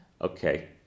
Okay